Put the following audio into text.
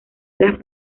las